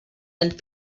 and